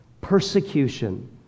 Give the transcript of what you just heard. Persecution